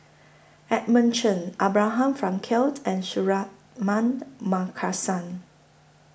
Edmund Cheng Abraham Frankel and Suratman Markasan